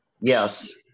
yes